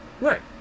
Right